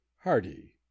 Hardy